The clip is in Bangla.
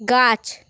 গাছ